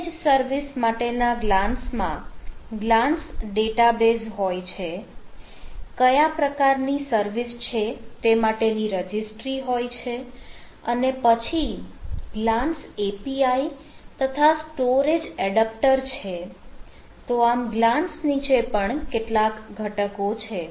image service માટે ના Glance માં ગ્લાન્સ ડેટાબેઝ હોય છે કયા પ્રકારની સર્વિસ છે તે માટેની રજીસ્ટ્રી હોય છે અને પછી ગ્લાન્સ API તથા સ્ટોરેજ એડપટર છે તો આમ ગ્લાન્સ નીચે પણ કેટલાક ઘટકો છે